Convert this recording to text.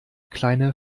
kleine